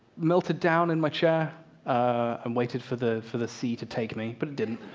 melted down in my chair and waited for the for the sea to take me, but it didn't.